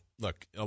look